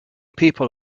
people